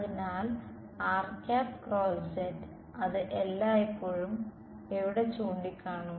അതിനാൽ അത് എല്ലായ്പ്പോഴും എവിടെ ചൂണ്ടിക്കാണിക്കും